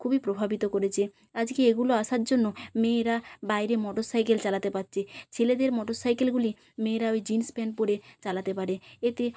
খুবই প্রভাবিত করেছে আজকে এগুলো আসার জন্য মেয়েরা বাইরে মোটর সাইকেল চালাতে পারছে ছেলেদের মোটর সাইকেলগুলি মেয়েরা ওই জিন্স প্যান্ট পরে চালাতে পারে এতে